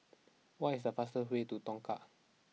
what is the fast way to Tongkang